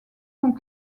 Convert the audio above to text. sont